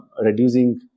reducing